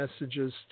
messages